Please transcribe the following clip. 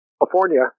California